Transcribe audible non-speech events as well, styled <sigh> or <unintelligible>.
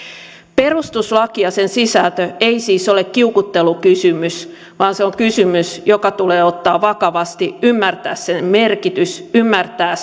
perustuslaki ja sen sisältö ei siis ole kiukuttelukysymys vaan se on kysymys joka tulee ottaa vakavasti ymmärtää sen merkitys ymmärtää <unintelligible>